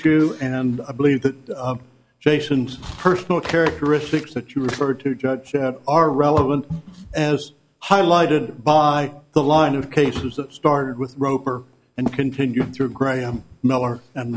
you and i believe that jason's personal characteristics that you refer to judge are relevant as highlighted by the line of cases that started with roper and continue through graham miller and